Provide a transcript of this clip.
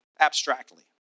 abstractly